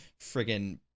friggin